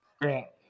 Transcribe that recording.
Great